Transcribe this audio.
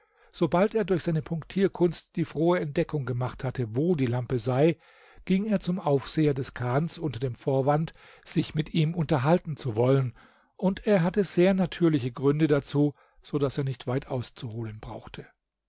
sobald er durch seine punktierkunst die frohe entdeckung gemacht hatte wo die lampe sei ging er zum aufseher des chans unter dem vorwand sich mit ihm unterhalten zu wollen und er hatte sehr natürliche gründe dazu so daß er nicht weit auszuholen brauchte